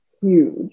huge